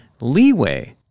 leeway